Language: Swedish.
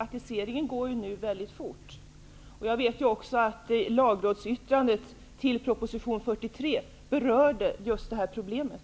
Herr talman! Jag vill höra hur snabbt en sådan lagändring kan göras. Privatiseringen går nu väldigt fort. Jag vet också att lagrådsyttrandet till proposition 43 berörde just det här problemet.